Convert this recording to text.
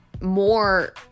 more